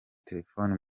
telefoni